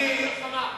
אני רוצה למנוע מלחמה.